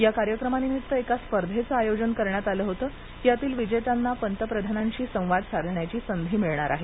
या कार्यक्रमानिमित्त एका स्पर्धेचं आयोजन करण्यात आलं होत यातील विजेत्यांना पंतप्रधानांशी संवाद साधण्याची संधीही मिळणार आहे